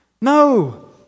No